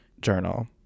Journal